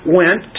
went